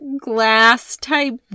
glass-type